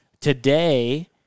Today